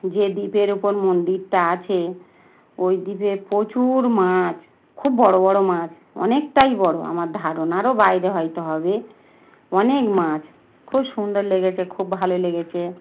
যে দ্বীপের ওপর মন্দিরটা আছে ওই দ্বীপে প্রচুর মাছ খুব বড়ো বড়ো মাছ অনেকটাই বড়ো আমার ধারণারও বাইরে হয়তো হবে অনেক মাছ খুব সুন্দর লেগেছে খুব ভালো লেগেছে